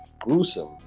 gruesome